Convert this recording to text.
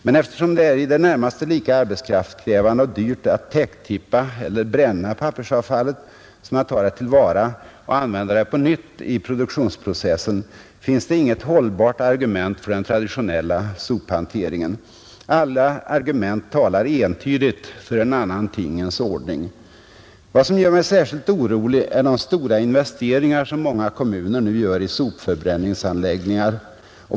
Men eftersom det är i det närmaste lika arbetskraftskrävande och dyrt att täcktippa eller bränna pappersavfallet som att ta det till vara och använda det på nytt i produktionsprocessen, finns det inget hållbart argument för den traditionella sophanteringen. Alla argument talar entydigt för en annan tingens ordning. Vad som gör mig särskilt orolig är de stora investeringar som många kommuner nu gör i sopförbränningsanläggningar.